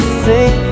sing